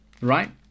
right